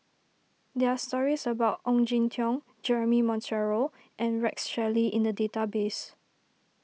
there are stories about Ong Jin Teong Jeremy Monteiro and Rex Shelley in the database